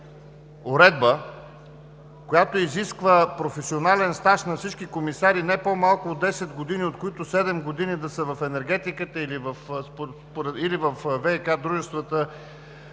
уредба, която изисква професионален стаж за всички комисари не по-малко от 10 години, от които 7 години да са в енергетиката или във ВиК дружествата,